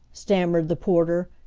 stammered the porter,